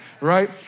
right